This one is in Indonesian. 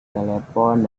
telepon